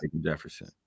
Jefferson